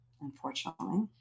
unfortunately